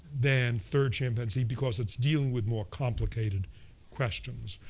than third chimpanzee, because it's dealing with more complicated questions,